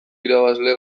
irabazle